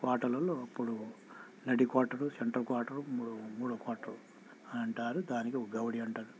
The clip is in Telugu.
కోటలల్లో అప్పుడు నడి కోటరు సెంటర్ కోటరు మూడు మూడవ కోటరు అనంటారు దానికి ఒక గౌడీ అంటారు